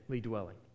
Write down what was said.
dwelling